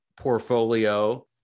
portfolio